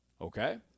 okay